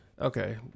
Okay